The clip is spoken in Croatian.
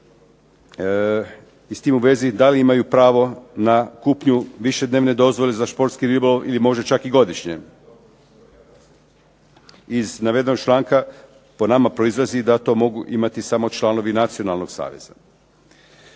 i s tim u vezi da li imaju pravo na kupnju višednevne dozvole za športski ribolov ili možda čak i godišnje. Iz navedenog članka, po nama proizlazi da to mogu imati samo članovi nacionalnog saveza.